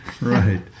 Right